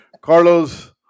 Carlos